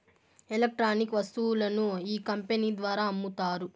electronic వస్తువులను ఈ company ద్వారా అమ్ముతారు